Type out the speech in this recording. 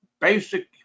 basic